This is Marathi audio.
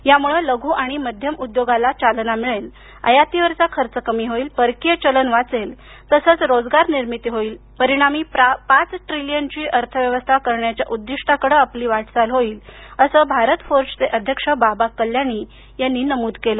यामुळे लघू आणि मध्यम उद्योगाला चालना मिळेल आयातीवरचा खर्च कमी होईल परकीय चलन वाचेल तसेच रोजगार निर्मिती होईलपरिणामी पाच ट्रिलीयनची अर्थव्यवस्था करण्याच्या उद्दिष्टाकड आपली वाटचाल होईल असं भारत फोर्जचे अध्यक्ष बाबा कल्याणी यांनी नमूद केलं